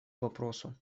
вопросу